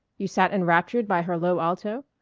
you sat enraptured by her low alto?